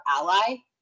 ally